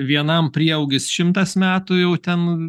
vienam prieaugis šimtas metų jau ten